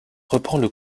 reprendre